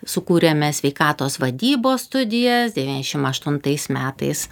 sukūrėme sveikatos vadybos studijas devyniasdešim aštuntais metais